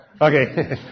Okay